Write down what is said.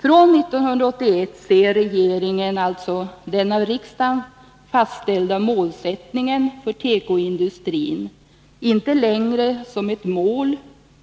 Från 1981 ser regeringen alltså den av riksdagen fastställda målsättningen för tekoindustrin inte längre som ett mål